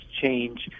change